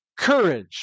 courage